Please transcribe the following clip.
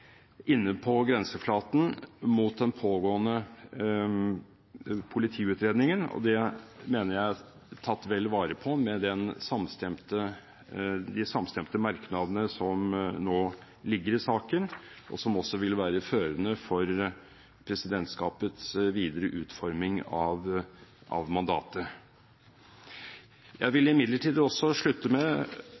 inne på grenseflaten mot den pågående politiutredningen. Det mener jeg er tatt vel vare på med de samstemte merknadene som nå ligger i saken, og som også vil være førende for presidentskapets videre utforming av mandatet. Jeg vil imidlertid slutte med